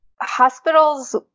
hospitals